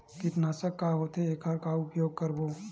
कीटनाशक का होथे एखर का उपयोग करबो?